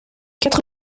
quatre